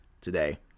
today